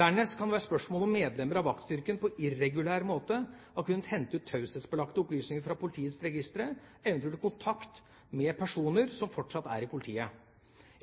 Dernest kan det være spørsmål om medlemmer av vaktstyrken på irregulær måte har kunnet hente ut taushetsbelagte opplysninger fra politiets registre, eventuelt ved kontakt med personer som fortsatt er i politiet.